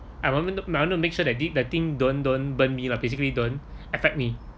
I wanna I wanna make sure the thing don't don't don't burn me lah basically don't affect me